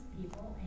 people